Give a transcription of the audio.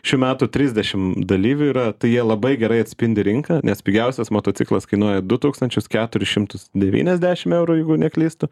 šių metų trisdešim dalyvių yra tai jie labai gerai atspindi rinką nes pigiausias motociklas kainuoja du tūkstančius keturis šimtus devyniasdešim eurų jeigu neklystu